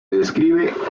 describe